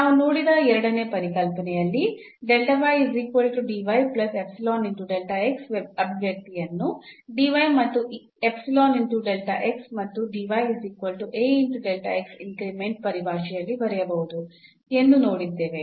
ನಾವು ನೋಡಿದ ಎರಡನೇ ಪರಿಕಲ್ಪನೆಯಲ್ಲಿ ಅಭಿವ್ಯಕ್ತಿಯನ್ನು ಮತ್ತು ಮತ್ತು ಇನ್ಕ್ರಿಮೆಂಟ್ ಪರಿಭಾಷೆಯಲ್ಲಿ ಬರೆಯಬಹುದು ಎಂದು ನೋಡಿದ್ದೇವೆ